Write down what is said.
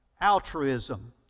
altruism